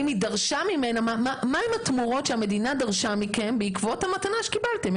מה התמורה שהמדינה דרשה מכם בעקבות המתנה שקיבלתם.